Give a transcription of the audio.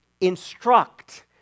instruct